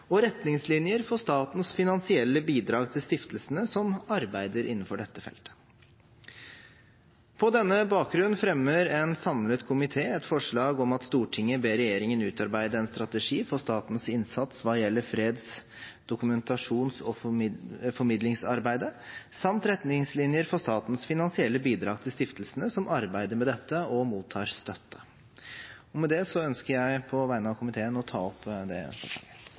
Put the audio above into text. og retningslinjer for statens finansielle bidrag til stiftelsene som arbeider innenfor dette feltet. På denne bakgrunn fremmer en samlet komité et forslag om at Stortinget ber regjeringen utarbeide en strategi for statens innsats hva gjelder freds-, dokumentasjons- og formidlingsarbeidet samt retningslinjer for statens finansielle bidrag til stiftelsene som arbeider med dette og mottar støtte. Med dette anbefaler jeg